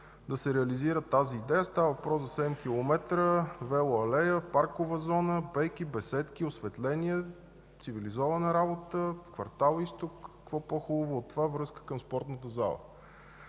да се реализира тази идея. Става въпрос за 7 километра велоалея, паркова зона, пейки, беседки, осветление – цивилизована работа в кв. „Изток”. Какво по-хубаво от това – връзка към спортната зала.